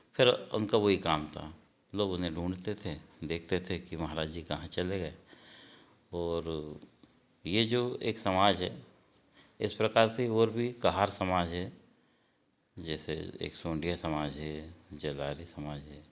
फिर उनका वही काम था लोग उन्हें ढूँढ़ते थे देखते थे कि महाराज जी कहाँ चले गए और ये जो एक समाज है इस प्रकार से और भी कहार समाज है जैसे एक सोंधिया समाज है जगाली समाज है